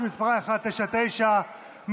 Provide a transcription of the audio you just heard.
שמספרה פ/199,